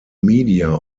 media